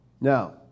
Now